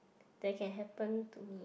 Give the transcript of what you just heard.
that can happen to me